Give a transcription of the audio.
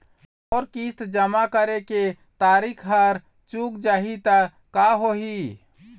मोर किस्त जमा करे के तारीक हर चूक जाही ता का होही?